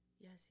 yes